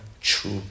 true